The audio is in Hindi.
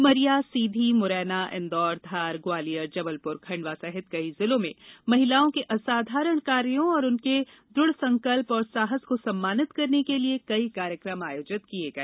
उमरिया सीघी मुरैना इंदौर धार ग्वालियर जबलपुर खंडवा सहित कई जिलों में महिलाओं के असाधारण कार्यो और उनके दृढ़संकल्प और साहस को सम्मानित करने के लिए कई कार्यक्रम आयोजित किये गए